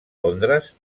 londres